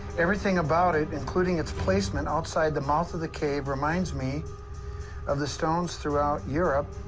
everything about it including its placement outside the mouth of the cave reminds me of the stones throughout europe